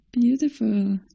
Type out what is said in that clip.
Beautiful